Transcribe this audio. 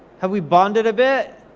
have we bonded a bit?